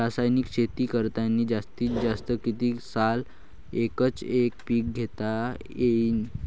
रासायनिक शेती करतांनी जास्तीत जास्त कितीक साल एकच एक पीक घेता येईन?